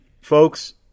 folks